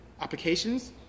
applications